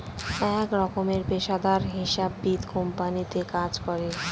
এক রকমের পেশাদার হিসাববিদ কোম্পানিতে কাজ করে